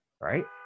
Right